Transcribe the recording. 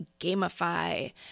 gamify